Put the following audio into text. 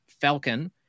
Falcon